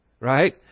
right